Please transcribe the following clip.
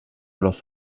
los